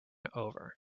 over